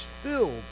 filled